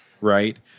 right